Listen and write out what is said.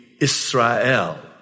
Israel